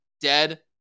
Dead